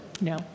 no